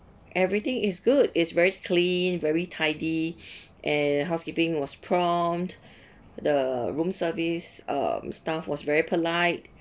everything is good it's very clean very tidy and housekeeping was prompt the room service um staff was very polite